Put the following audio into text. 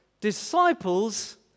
Disciples